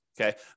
Okay